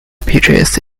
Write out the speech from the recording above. pitches